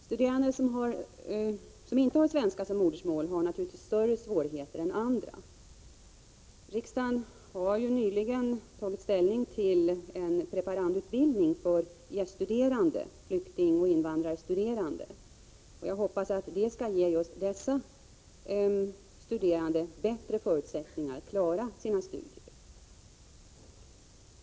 Studerande som inte har svenska som modersmål har naturligtvis större svårigheter än andra. Riksdagen har ju nyligen tagit ställning till en preparandutbildning för gäststuderande, flyktingoch invandrarstuderande. Jag hoppas att den skall ge just dessa studerande bättre förutsättningar att klara sina studier.